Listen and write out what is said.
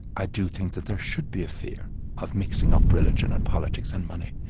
i do think that there should be a fear of mixing up religion and politics and money.